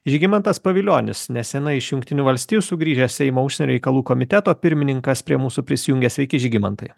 žygimantas pavilionis nesenai iš jungtinių valstijų sugrįžęs seimo užsienio reikalų komiteto pirmininkas prie mūsų prisijungia sveiki žygimantai